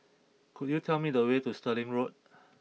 could you tell me the way to Stirling Road